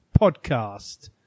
podcast